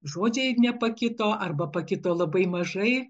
žodžiai nepakito arba pakito labai mažai